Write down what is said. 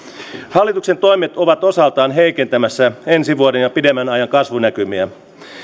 hallituksen toimet ovat osaltaan heikentämässä ensi vuoden ja pidemmän ajan kasvunäkymiä